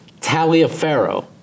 Taliaferro